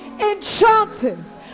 Enchanters